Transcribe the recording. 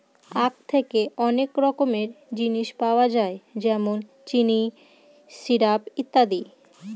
আঁখ থেকে অনেক রকমের জিনিস পাওয়া যায় যেমন চিনি, সিরাপ, ইত্যাদি